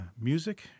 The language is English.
music